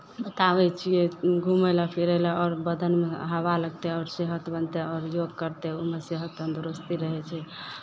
बताबै छियै घूमय लए फिरय लए आओर बदनमे हवा लगतै आओर सेहत बनतै आओर योग करतै ओहिमे सेहो तन्दुरुस्ती रहै छै